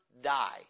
die